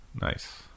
Nice